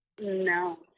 No